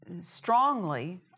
strongly